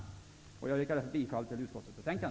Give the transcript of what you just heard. Jag yrkar bifall till utskottets hemställan.